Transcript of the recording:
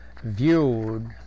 viewed